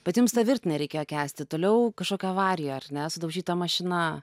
bet jums tą virtinę reikėjo kęsti toliau kažkokia avarija ar ne sudaužyta mašina